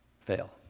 fail